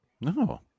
No